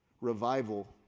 Revival